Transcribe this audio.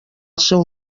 seu